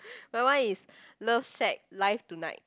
my one is love shack live tonight